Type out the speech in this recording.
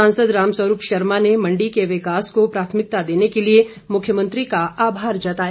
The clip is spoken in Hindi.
सांसद रामस्वरूप शर्मा ने मंडी के विकास को प्राथमिकता देने के लिए मुख्यमंत्री का आमार जताया